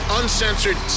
uncensored